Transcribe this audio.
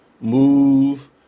move